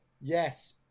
yes